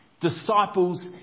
disciples